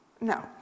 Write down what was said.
No